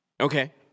Okay